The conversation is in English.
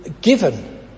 given